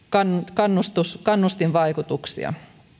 on kannustinvaikutuksia